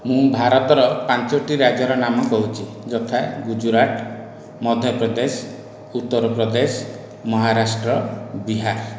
ମୁଁ ଭାରତର ପାଞ୍ଚୋଟି ରାଜ୍ୟର ନାମ କହୁଛି ଯଥା ଗୁଜୁରାଟ ମଧ୍ୟପ୍ରଦେଶ ଉତ୍ତରପ୍ରଦେଶ ମହାରାଷ୍ଟ୍ର ବିହାର